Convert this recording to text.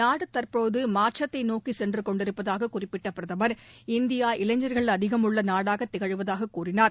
நாடு தற்போது மாற்றத்தை நோக்கிச் சென்று கொண்டிருப்பதாக குறிப்பிட்ட பிரதமர் இந்தியா இளைஞர்கள் அதிகம் உள்ள நாடாக திகழ்வதாக கூறினார்